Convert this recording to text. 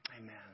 Amen